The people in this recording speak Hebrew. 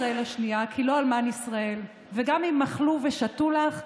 ישראל השנייה / כי לא אלמן ישראל / וגם אם אכלו ושתו לך /